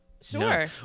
Sure